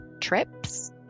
trips